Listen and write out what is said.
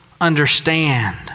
understand